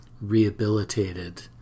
rehabilitated